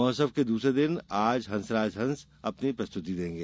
महोत्सव के दूसरे दिन आज हंसराज हंस अपनी प्रस्तुति देंगे